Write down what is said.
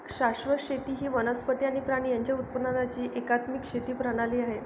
शाश्वत शेती ही वनस्पती आणि प्राणी यांच्या उत्पादनाची एकात्मिक शेती प्रणाली आहे